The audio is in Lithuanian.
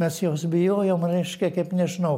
mes jos bijojom reiškia kaip nežinau